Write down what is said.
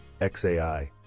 XAI